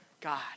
God